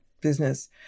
business